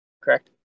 correct